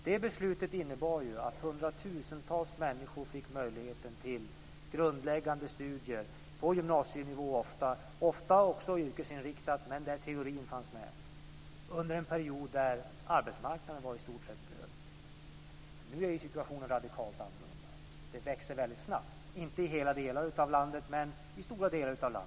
Det beslutet innebar att hundratusentals människor fick möjlighet till grundläggande studier, ofta på gymnasienivå och ofta också yrkesinriktade men där teorin fanns med; detta under en period då arbetsmarknaden var i stort sett död. Nu är situationen radikalt annorlunda. Det växer väldigt snabbt, inte i hela landet men i stora delar.